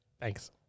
Thanks